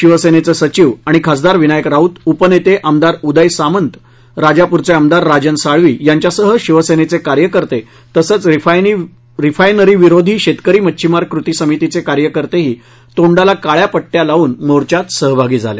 शिवसेनेचे सचिव आणि खासदार विनायक राऊत उपनेते आमदार उदय सामंत राजापूरचे आमदार राजन साळवी यांच्यासह शिवसेनेचे कार्यकर्त तसंच रिफायनरीविरोधी शेतकरी मच्छीमार कृती समितीचे कार्यकर्तेही तोंडाला काळ्या पट्ट्या लावून मोर्चात सहभागी झाले